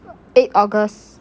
eight august